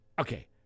Okay